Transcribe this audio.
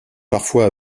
parfois